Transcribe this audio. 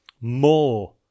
more